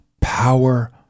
power